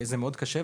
זה מאוד קשה.